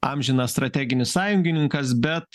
amžinas strateginis sąjungininkas bet